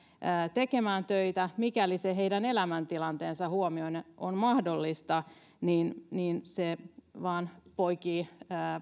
tekemään töitä mikäli se heidän elämäntilanteensa huomioiden on mahdollista niin niin se vain poikii